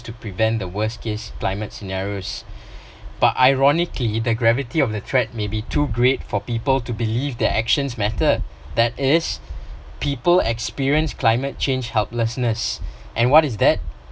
to prevent the worst case climate scenarios but ironically the gravity of the threat may be too great for people to believe their actions matter that is people experience climate change helplessness and what is that